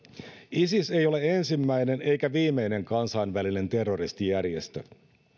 isis ei ole ensimmäinen eikä viimeinen kansainvälinen terroristijärjestö